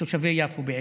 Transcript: תושבי יפו בעיקר.